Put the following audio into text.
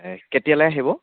এ কেতিয়ালৈ আহিব